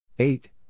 Eight